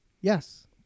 Yes